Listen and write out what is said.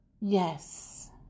Yes